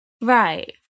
Right